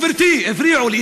גברתי, הפריעו לי.